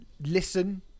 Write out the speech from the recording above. listen